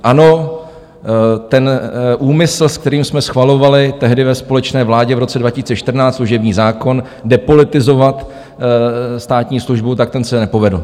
Ano, ten úmysl, se kterým jsme schvalovali tehdy ve společné vládě v roce 2014 služební zákon, depolitizovat státní službu, tak ten se nepovedl.